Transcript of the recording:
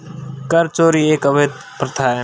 कर चोरी एक अवैध प्रथा है